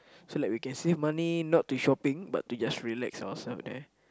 so like we can save money not to shopping but to just relax ourselves there